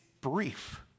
brief